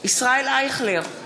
ישראל אייכלר,